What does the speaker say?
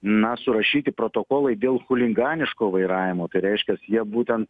na surašyti protokolai dėl chuliganiško vairavimo tai reiškias jie būtent